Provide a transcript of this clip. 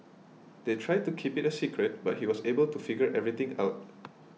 they tried to keep it a secret but he was able to figure everything out